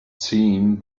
seen